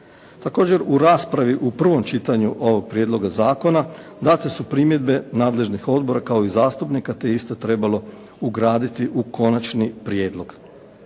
Također u raspravi u prvom čitanju ovog prijedloga zakona date su primjedbe nadležnih odbora kao i zastupnika, te je iste trebalo ugraditi u konačni prijedlog.